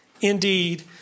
indeed